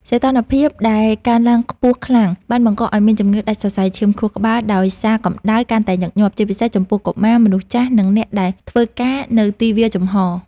សីតុណ្ហភាពដែលកើនឡើងខ្ពស់ខ្លាំងបានបង្កឱ្យមានជំងឺដាច់សរសៃឈាមខួរក្បាលដោយសារកម្ដៅ កាន់តែញឹកញាប់ ជាពិសេសចំពោះកុមារ មនុស្សចាស់ និងអ្នកដែលធ្វើការនៅទីវាលចំហ។